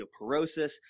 osteoporosis